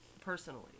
personally